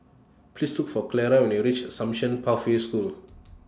Please Look For Clara when YOU REACH Assumption Pathway School